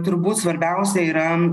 turbūt svarbiausia yra